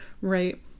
right